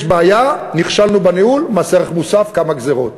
יש בעיה, נכשלנו בניהול, מס ערך מוסף וכמה גזירות.